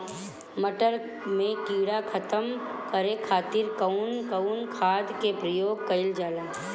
मटर में कीड़ा खत्म करे खातीर कउन कउन खाद के प्रयोग कईल जाला?